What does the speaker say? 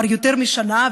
כבר יותר משנה,